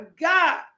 God